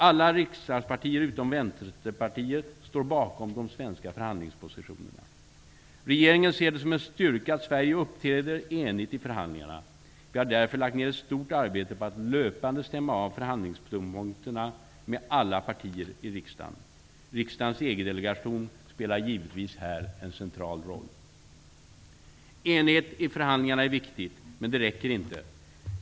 Alla riksdagspartier utom Vänsterpartiet står bakom de svenska förhandlingspositionerna. Regeringen ser det som en styrka att Sverige uppträder enigt i förhandlingarna. Vi har därför lagt ned ett stort arbete på att löpande stämma av förhandlingspunkterna med alla partier i riksdagen. Riksdagens EG-delegation spelar givetvis här en central roll. Enigheten i förhandlingarna är viktig, men det räcker inte.